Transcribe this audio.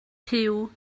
puw